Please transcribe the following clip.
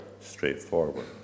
straightforward